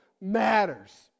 matters